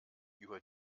über